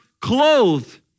clothed